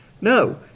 No